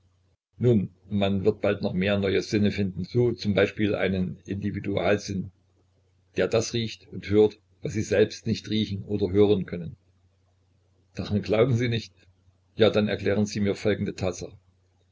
nun man wird bald noch mehr neue sinne finden so z b einen individualsinn der das riecht und hört was sie selbst nicht riechen oder hören können daran glauben sie nicht ja dann erklären sie mir folgende